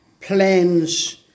plans